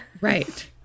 Right